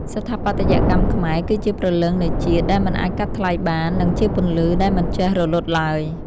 ស្ថាបត្យកម្មខ្មែរគឺជាព្រលឹងនៃជាតិដែលមិនអាចកាត់ថ្លៃបាន និង ជាពន្លឺដែលមិនចេះរលត់ឡើយ។